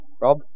Rob